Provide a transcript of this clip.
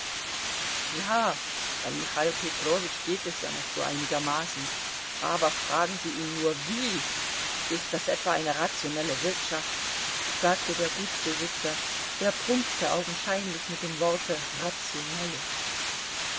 ja bei michail petrowitsch geht es ja noch so einigermaßen aber fragen sie ihn nur wie ist das etwa eine rationelle wirtschaft sagte der gutsbesitzer er prunkte augenscheinlich mit dem worte rationell